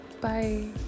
Bye